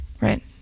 right